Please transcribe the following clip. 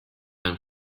man